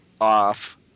off